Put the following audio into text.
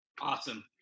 Awesome